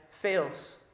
fails